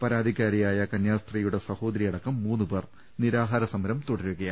പരാതിക്കാരിയായ കന്യാസ്ത്രീയുടെ സഹോദരിയടക്കം മൂന്നുപേർ നിരാഹാരസമരം തുടരുകയാണ്